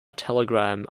telegram